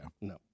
No